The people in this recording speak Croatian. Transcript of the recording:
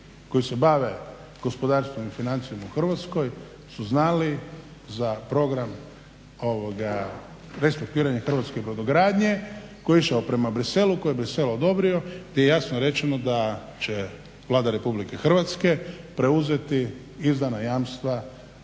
koji se bave gospodarstvom i financijama u Hrvatskoj su znali za program restrukturiranja hrvatske brodogradnje koji je išao prema Bruxellesu, koji je Bruxelles odobrio, gdje je jasno rečeno da će Vlada Republike Hrvatske preuzeti izdana jamstva